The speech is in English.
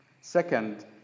Second